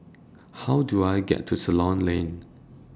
How Do I get to Ceylon Lane